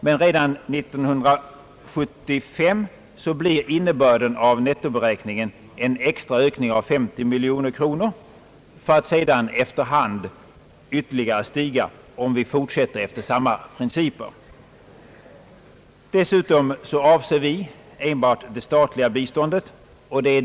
Men redan 1975 ger innebörden av nettoberäkningen en extra ökning av 50 miljoner kronor för att sedan efter hand ytterligare stiga om vi fortsätter efter samma principer. Dessutom avser vi med vår definition enbart det statliga biståndet.